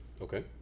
Okay